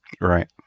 Right